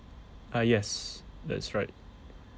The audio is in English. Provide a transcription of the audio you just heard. uh yes that's right